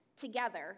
together